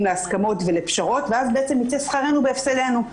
להסכמות ולפשרות ואז יצא שכרנו בהפסדנו.